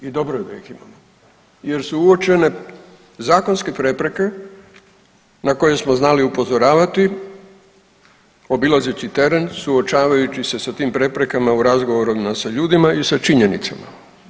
I dobro je da ih imamo jer su uočene zakonske prepreke na koje smo znali upozoravati, obilazeći teren suočavajući se sa tim preprekama u razgovoru sa ljudima i sa činjenicama.